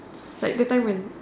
like that time when